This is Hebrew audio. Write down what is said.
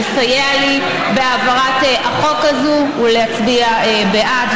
לסייע לי בהעברת החוק הזה ולהצביע בעד.